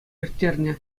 ирттернӗ